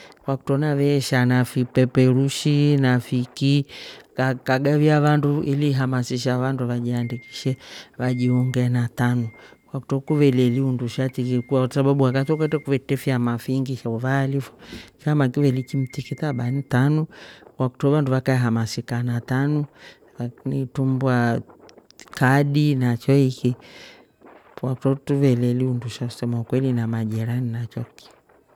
Kwa kutro naveesha na fipeperushi na fiki ka- kagavia vandu ilihamasisha vandu vaji andikishe vajiunge na tanu kwakutro kuveleeli undusha tiki kwasababu wakati wo kwetre kuvetre fyaama fiingi sha uvaali fo chama kiveeli kimtiki taba ntanu kwakutro vandu vakaehamasika na tanu lakin itrumbuaaa kadi na choiki kwakutro tuveli undusha kusema ukweli na majirani na choki.